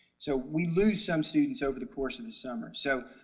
so we lose some students over the course of the summer. so